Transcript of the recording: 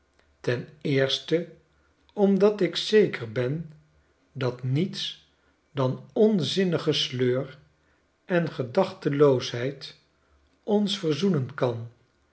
ten eerste omdat ik zeker ben dat niets dan onzinnige sleur en gedachteloosheid ons verzoenen kan